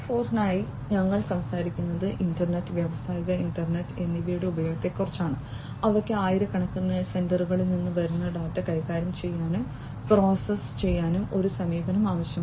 0 യ്ക്കായി ഞങ്ങൾ സംസാരിക്കുന്നത് ഇന്റർനെറ്റ് വ്യാവസായിക ഇന്റർനെറ്റ് എന്നിവയുടെ ഉപയോഗത്തെക്കുറിച്ചാണ് അവയ്ക്ക് ആയിരക്കണക്കിന് സെൻസറുകളിൽ നിന്ന് വരുന്ന ഡാറ്റ കൈകാര്യം ചെയ്യാനും പ്രോസസ്സ് ചെയ്യാനും ഒരു സമീപനം ആവശ്യമാണ്